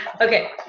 Okay